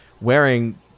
wearing